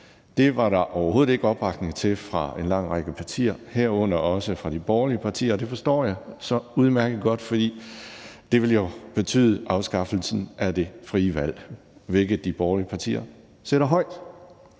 Det var der overhovedet ikke opbakning til fra en lang række partier, herunder også de borgerlige partier, og det forstår jeg så udmærket godt, for det ville jo have betydet afskaffelsen af det frie valg, som de borgerlige partier sætter højt.